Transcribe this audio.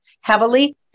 heavily